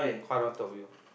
cause I don't want talk with you